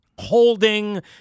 Holding